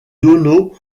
donau